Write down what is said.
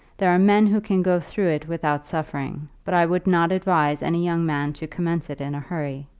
there are men who can go through it without suffering, but i would not advise any young man to commence it in a hurry.